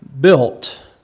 built